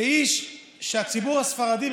כאיש שהציבור הספרדי,